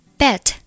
bet